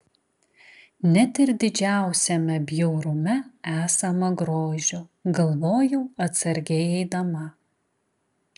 net ir didžiausiame bjaurume esama grožio galvojau atsargiai eidama